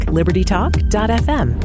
LibertyTalk.fm